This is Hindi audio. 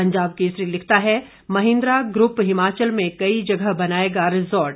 पंजाब केसरी लिखता है महिंद्रा ग्रप हिमाचल में कई जगह बनाएगा रिजॉर्ट